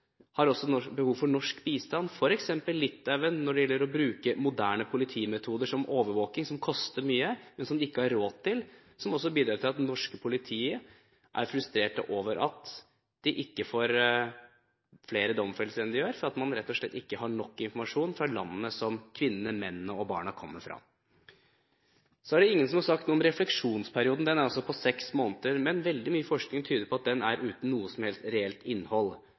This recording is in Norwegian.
har også behov for norsk bistand, f.eks. Litauen når det gjelder å bruke moderne politimetoder som overvåking. Det koster mye, så det har de ikke råd til. Det bidrar også til at det norske politiet er frustrerte over at de ikke får flere domfellelser enn de gjør, fordi man rett og slett ikke har nok informasjon fra landene som kvinnene, mennene og barna kommer fra. Så er det ingen som har sagt noe om refleksjonsperioden, som er på seks måneder. Veldig mye forskning tyder på at den er uten noe som helst reelt innhold.